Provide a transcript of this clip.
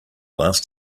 last